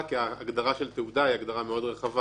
הגדרה של תעודה היא הגדרה מאוד רחבה.